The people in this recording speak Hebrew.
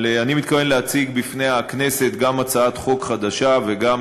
אבל אני מתכוון להציג בפני הכנסת גם הצעת חוק חדשה וגם